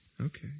Okay